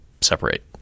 separate